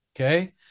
Okay